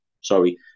sorry